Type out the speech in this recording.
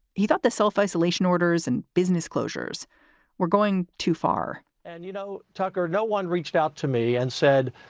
he thought the self-isolation, orders and business closures were going too far and you know, tucker, no one reached out to me and said,